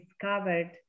discovered